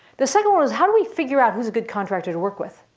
the second one was, how do we figure out who's a good contractor to work with.